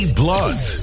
blood